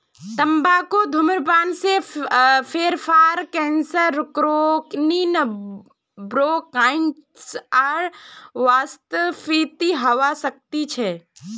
तंबाकू धूम्रपान से फेफड़ार कैंसर क्रोनिक ब्रोंकाइटिस आर वातस्फीति हवा सकती छे